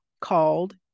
called